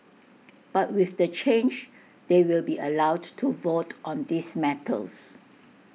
but with the change they will be allowed to vote on these matters